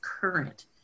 current